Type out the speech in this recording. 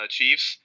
Chiefs